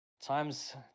time's